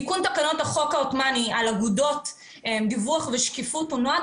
תיקון תקנות החוק העותמאני על אגודות (דיווח ושקיפות) נועד